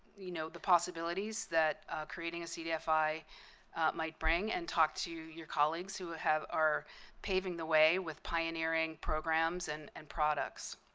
you know, the possibilities that creating a cdfi might bring, and talk to your colleagues who have are paving the way with pioneering programs and and products.